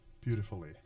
beautifully